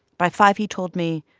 by five, he told me,